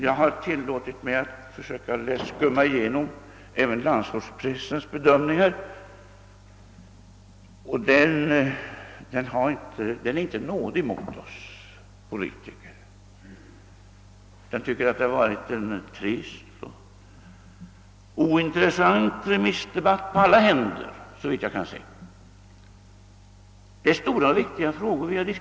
Jag har skummat igenom även landsortspressens bedömningar, och dessa är inte nådiga mot oss politiker. Pressen tycker att det varit en trist och ointressant remissdebatt — på alla händer, såvitt jag kan se. Det är stora och viktiga frågor vi diskuterat.